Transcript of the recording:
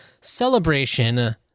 celebration